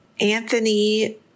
Anthony